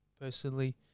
personally